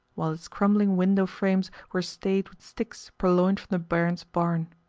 while its crumbling window-frames were stayed with sticks purloined from the barin's barn.